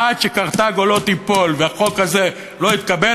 עד שקרתגו לא תיפול והחוק הזה לא יתקבל,